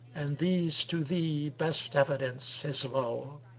and these to thee best evidence his lowe